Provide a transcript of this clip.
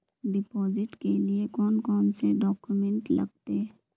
Deposit के लिए कौन कौन से डॉक्यूमेंट लगते?